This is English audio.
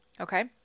Okay